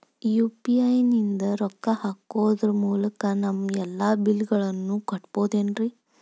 UPI ನಿಂದ ರೊಕ್ಕ ಹಾಕೋದರ ಮೂಲಕ ನಮ್ಮ ಎಲ್ಲ ಬಿಲ್ಲುಗಳನ್ನ ಕಟ್ಟಬಹುದೇನ್ರಿ?